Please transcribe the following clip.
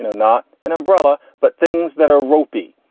not an umbrella, but things that are ropey.